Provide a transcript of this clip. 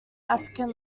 african